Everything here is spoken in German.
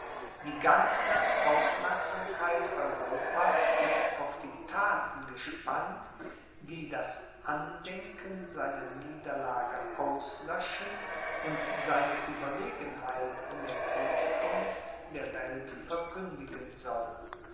die ganze aufmerksamkeit europas ist auf die thaten gespannt die das andenken seiner niederlage auslöschen und seine ueberlegenheit in der kriegskunst der welt verkündigen sollen